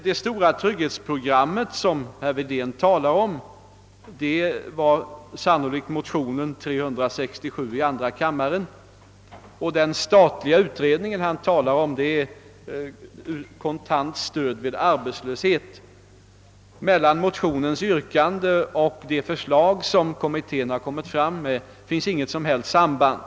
Det stora trygghetsprogram som herr Wedén talar om var sannolikt motionen 11: 367 och den statliga utredning han hänvisar till gäller kontant stöd vid arbetslöshet. Mellan motionens yrkande och det förslag som kommittén presenterat finns inget som helst samband.